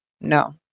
no